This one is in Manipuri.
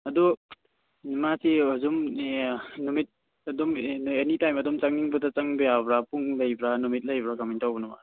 ꯑꯗꯨ ꯃꯥꯁꯤ ꯑꯗꯨꯝ ꯑꯦ ꯅꯨꯃꯤꯠ ꯑꯗꯨꯝ ꯑꯦꯅꯤ ꯇꯥꯏꯝ ꯑꯗꯨꯝ ꯆꯪꯅꯤꯡꯕꯗ ꯆꯪꯕ ꯌꯥꯕ꯭ꯔ ꯄꯨꯡ ꯂꯩꯕ꯭ꯔ ꯅꯨꯃꯤꯠ ꯂꯩꯕ꯭ꯔ ꯀꯃꯥꯏꯅ ꯇꯧꯕꯅꯣ